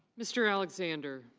mr. alexander.